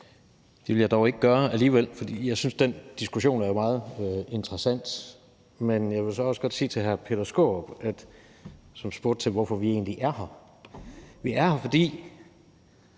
Det vil jeg dog alligevel ikke gøre. Jeg synes, at den diskussion er meget interessant, men jeg vil så også godt sige til hr. Peter Skaarup, som spurgte til, hvorfor vi egentlig er her, at vi er her, fordi